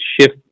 shift